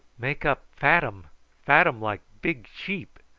make up fat um fat um like big sheep.